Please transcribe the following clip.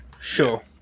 sure